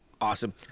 Awesome